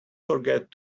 forget